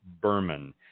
berman